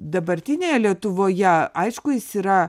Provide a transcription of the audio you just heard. dabartinėje lietuvoje aišku jis yra